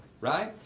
right